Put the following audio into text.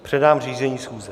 Předám řízení schůze.